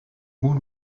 moet